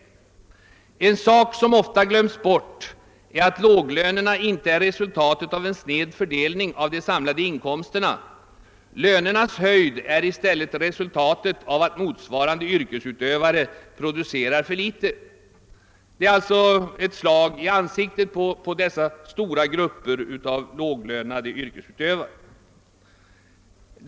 En sak som ofta glöms bort är att låglönerna inte är resultatet av en sned fördelning av de samlade inkomsterna. Lönernas höjd är i stället resultatet av att motsvarande yrkesutövare producerar för litet.> Detta är ju ett slag i ansiktet på de stora grupperna av låglönade yrkesutövare.